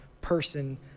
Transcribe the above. person